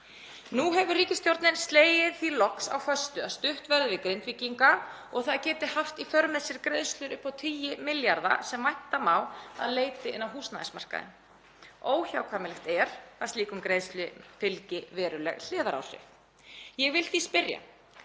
Nú hefur ríkisstjórnin loks slegið því föstu að stutt verði við Grindvíkinga og það geti haft í för með sér greiðslur upp á tugi milljarða sem vænta má að leiti inn á húsnæðismarkaðinn. Óhjákvæmilegt er að slíkum greiðslum fylgi veruleg hliðaráhrif. Ég vil því spyrja: